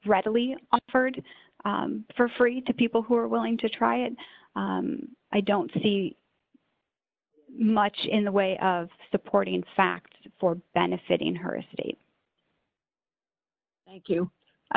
readily offered for free to people who are willing to try it i don't see much in the way of supporting in fact for benefiting her estate thank you i